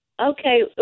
Okay